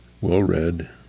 Well-read